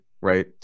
right